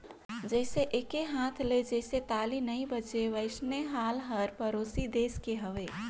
जइसे एके हाथ ले जइसे ताली नइ बाजे वइसने हाल हर परोसी देस के हवे